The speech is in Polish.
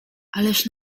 ależ